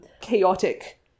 chaotic